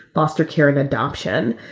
foster care of adoption.